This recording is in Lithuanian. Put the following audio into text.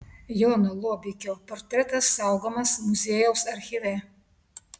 jono luobikio portretas saugomas muziejaus archyve